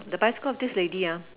the bicycle of this lady ah